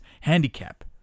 handicap